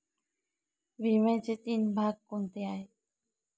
विम्याचे तीन भाग कोणते आहेत?